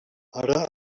ara